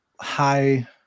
high